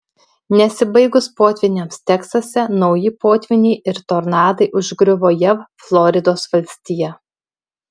nesibaigus potvyniams teksase nauji potvyniai ir tornadai užgriuvo jav floridos valstiją